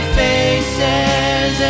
faces